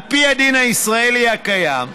על פי הדין הישראלי הקיים,